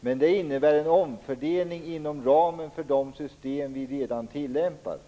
Men det innebär en omfördelning inom ramen för de system som vi redan tillämpar.